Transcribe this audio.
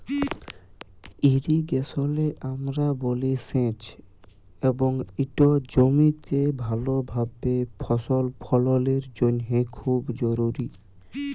ইরিগেশলে আমরা বলি সেঁচ এবং ইট জমিতে ভালভাবে ফসল ফললের জ্যনহে খুব জরুরি